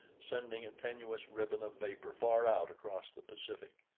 sending a tenuous ribbon of vapor far out across the pacific.